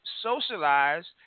socialized